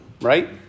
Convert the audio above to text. right